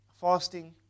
fasting